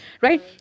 Right